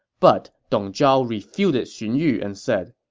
but dong zhao refuted xun yu and said,